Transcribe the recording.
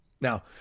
Now